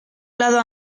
lado